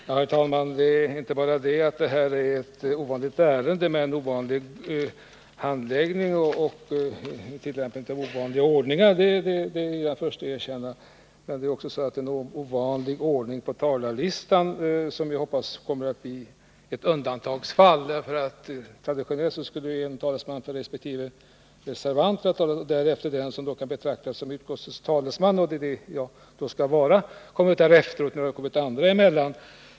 Herr talman! Detta är inte bara ett ovanligt ärende med en ovanlig handläggning — att det har varit en ovanlig handläggningsordning är jag den förste att erkänna — utan det är också en ovanlig ordning på talarlistan, som jag hoppas är ett undantagsfall. Traditionellt skulle ju en talesman för resp. reservanter ha kommit först på talarlistan och därefter den som betraktas som utskottets talesman — jag själv i det här fallet. Nu har det kommit andra talare emellan.